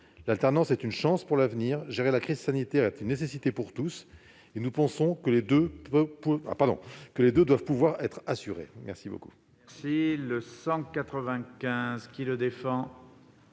L'alternance est une chance pour l'avenir. Gérer la crise sanitaire est une nécessité pour tous. Nous pensons que les deux doivent être assurés. L'amendement